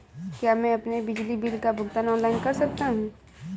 क्या मैं अपने बिजली बिल का भुगतान ऑनलाइन कर सकता हूँ?